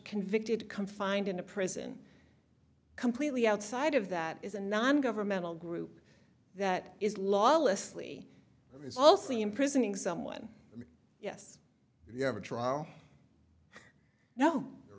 convicted confined in a prison completely outside of that is a non governmental group that is lawlessly it's also imprisoning someone yes you have a trial no there